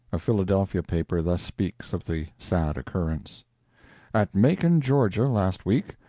a philadelphia paper thus speaks of the sad occurrence at macon, ga, last week,